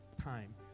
time